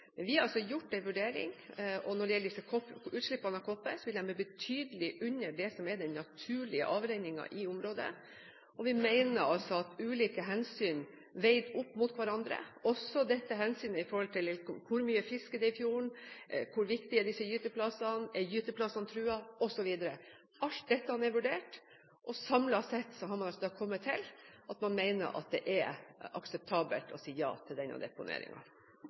Vi har gjort en vurdering. Når det gjelder utslippene av kobber, vil de bli betydelig under det som er den naturlige avrenningen i området, og vi mener at ulike hensyn veid opp mot hverandre – også hensynet til hvor mye fisk det er i fjorden, hvor viktige gyteplassene er, om gyteplassene er truet osv. – alt dette er vurdert. Samlet sett har man kommet til at man mener det er akseptabelt å si ja til denne